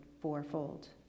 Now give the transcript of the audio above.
fourfold